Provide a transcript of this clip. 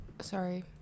sorry